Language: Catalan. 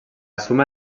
suma